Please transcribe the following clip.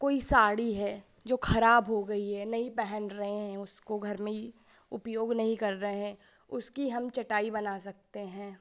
कोई साड़ी है जो खराब हो गई है नहीं पहन रहे हैं उसको घर में उपयोग नहीं कर रहे हैं उसकी हम चटाई बना सकते हैं